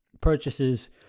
purchases